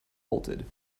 bolted